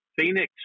Phoenix